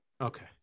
Okay